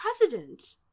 president